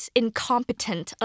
incompetent